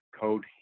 code